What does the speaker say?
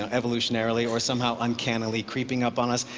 um evolutionarily or somehow uncannily creeping up on us,